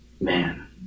man